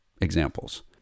examples